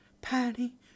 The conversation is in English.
patty